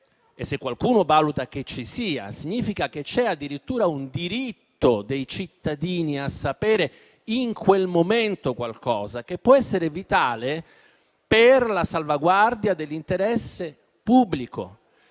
e se qualcuno valuta che ci sia, significa che c'è addirittura un diritto dei cittadini a sapere in quel momento qualcosa che può essere vitale per la salvaguardia dell'interesse pubblico